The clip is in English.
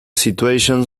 situation